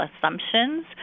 assumptions